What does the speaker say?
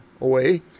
away